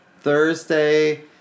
Thursday